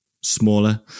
smaller